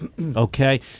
Okay